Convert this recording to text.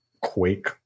Quake